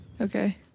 Okay